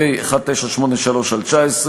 פ/1983/19,